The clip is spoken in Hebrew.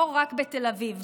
לא רק בתל אביב,